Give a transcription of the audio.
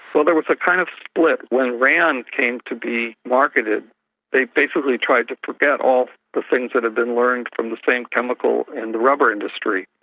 well, there was a kind of split. when rayon came to be marketed they basically tried to forget all the things that had been learned from the same chemical and the rubber industry.